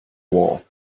war